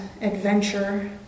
adventure